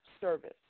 service